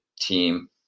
team